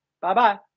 Bye-bye